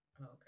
Okay